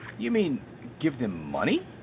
you mean, give them money?